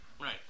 Right